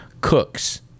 cooks